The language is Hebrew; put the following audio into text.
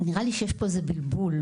שיש פה איזה בלבול,